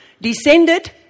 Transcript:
descended